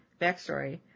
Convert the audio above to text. backstory